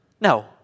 No